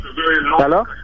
hello